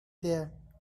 there